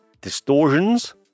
Distortions